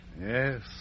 Yes